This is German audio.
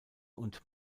und